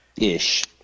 Ish